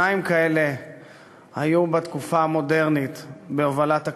שניים כאלה היו בתקופה המודרנית בהובלת הכנסייה,